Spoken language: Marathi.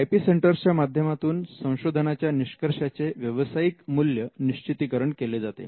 आय पी सेंटरच्या माध्यमातून संशोधनाच्या निष्कर्षाचे व्यावसायिक मूल्य निश्चितीकरण केले जाते